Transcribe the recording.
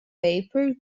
paper